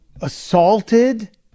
assaulted